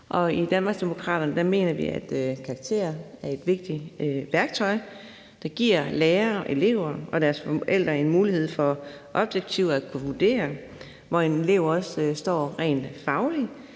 I Danmarksdemokraterne mener vi, at karakterer er et vigtigt værktøj, der giver lærere og elever og deres forældre mulighed for objektivt at kunne vurdere, hvor en elev står rent fagligt,